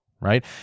right